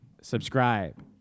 subscribe